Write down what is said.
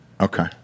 Okay